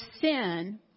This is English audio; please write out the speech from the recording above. sin